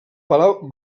palau